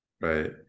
right